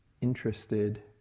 interested